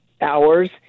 hours